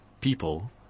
people